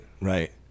Right